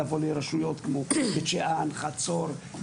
לבוא לרשויות, לבית שאן, חצור.